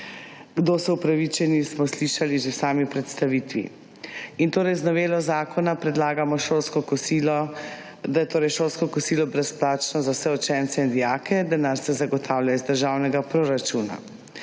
Kdo so upravičeni, smo slišali že v sami predstavitvi. In torej z novelo zakona predlagamo šolsko kosilo, da je torej šolsko kosilo brezplačno za vse učence in dijake, denar se zagotavlja iz državnega proračuna.